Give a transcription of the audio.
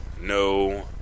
no